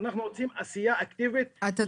אנחנו רוצים עשייה אקטיבית בתחום יחסי עבודה קיבוציים.